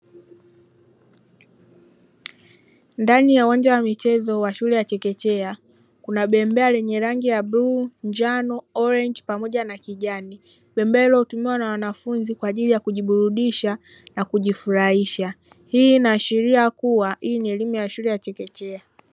Ndani ya uwanja wa michezo wa shule ya chekechea kuna bembea lenye rangi ya bluu, njano orangi pamoja na kijani, bembea hilo hutumiwa na wanafunzi kwa ajili ya kujiburudisha na kujifurahisha, hii inaashiria kuwa hii ni elimu ya shule ya chekechea.